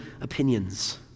opinions